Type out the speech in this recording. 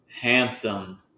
handsome